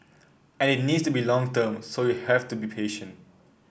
and it needs to be long term so you have to be patient